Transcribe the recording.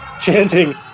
chanting